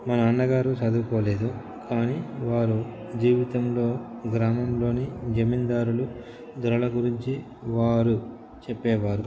మా నాన్నగారు చదువుకోలేదు కానీ వారు జీవితంలో గ్రామంలోని జమీందారులు దొరల గురించి వారు చెప్పేవారు